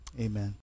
amen